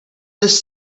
this